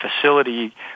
facility